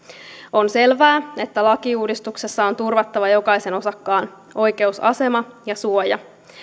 on selvää että lakiuudistuksessa on turvattava jokaisen osakkaan oikeusasema ja suoja